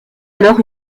alors